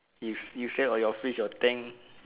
you you sell all your fish or tank